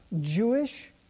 Jewish